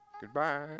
Goodbye